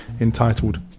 entitled